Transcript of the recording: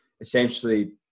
essentially